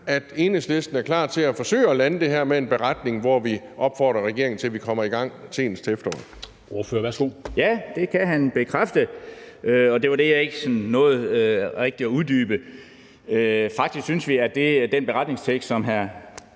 at Enhedslisten er klar til at forsøge at lande det her med en beretning, hvor vi opfordrer regeringen til, at vi kommer i gang senest til